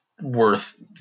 worth